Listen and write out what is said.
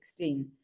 2016